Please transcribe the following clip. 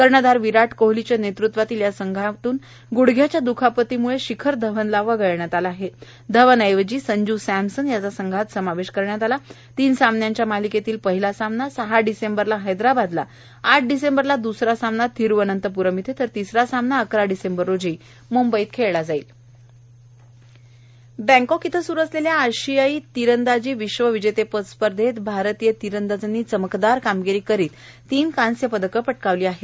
कर्णधार विराट कोहलीच्या नवृत्वातल्या या संघातून गुडघ्याच्या दुखापतीमुळ शिखर धवनला वगळण्यात आलं आह धवन ऐवजी संज् सॅमसन याचा संघात समावश्व करण्यात आला आहश तीन सामन्यांच्या मालिक्सला पहिला सामना सहा डिसेंबरला हैदराबादला आठ डिसेंबरला दुसरा सामना तिरुवनंतपुरम इथं तर तिसरा सामना अकरा डिसेंबरला म्ंबईत होणार आह बँकाक इथं स्रु असलल्ल्या आशिया तिरंदाजी विश्वविजन्नप्रद स्पर्धेत भारतीय तिरंदाजांनी चमकदार कामगिरी करीत तीव कांस्यपदकं पटकावली आहेत